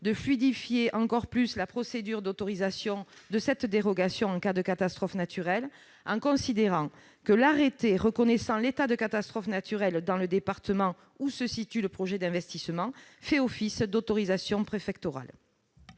de fluidifier la procédure d'autorisation de cette dérogation en cas de catastrophe naturelle, en tendant à considérer que l'arrêté reconnaissant l'état de catastrophe naturelle dans le département où se situe le projet d'investissement fait office d'autorisation préfectorale.